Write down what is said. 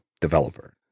developer